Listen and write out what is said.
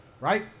right